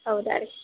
ಹೌದಾ ರಿ